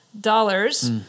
dollars